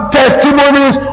testimonies